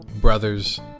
brothers